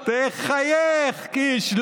תחייך, קיש.